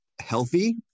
healthy